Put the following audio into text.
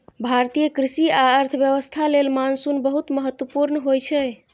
भारतीय कृषि आ अर्थव्यवस्था लेल मानसून बहुत महत्वपूर्ण होइ छै